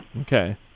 Okay